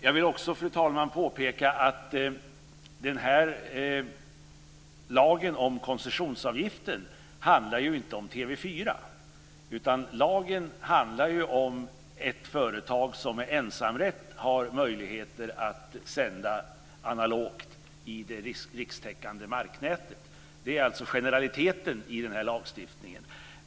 Jag vill också påpeka att lagen om koncessionsavgifter inte handlar om TV 4. Lagen handlar om ett företag som med ensamrätt har möjligheter att sända analogt i det rikstäckande marknätet. Det är alltså generaliteten i den här lagstiftningen.